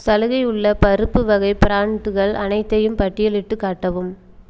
சலுகை உள்ள பருப்பு வகை பிராண்ட்கள் அனைத்தையும் பட்டியலிட்டுக் காட்டவும்